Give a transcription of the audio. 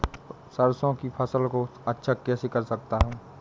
सरसो की फसल को अच्छा कैसे कर सकता हूँ?